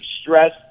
stress